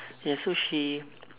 and also she